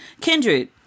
Kindred